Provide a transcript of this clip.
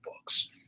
books